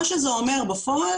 מה שזה אומר בפועל,